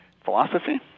philosophy